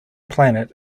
planet